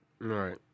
Right